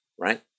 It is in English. right